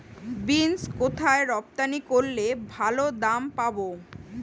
Beans কোথায় রপ্তানি করলে ভালো দাম পাব?